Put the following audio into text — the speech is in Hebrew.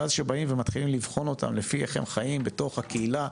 ואז כשבאים ומתחילים לבחון אותם לפי איך הם חיים בתוך הקהילה,